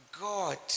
God